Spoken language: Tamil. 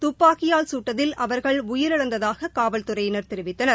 துப்பாக்கியால் சுட்டதில் அவர்கள் உயிரிழந்ததாக காவல்துறையினர் தெரிவித்தனர்